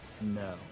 No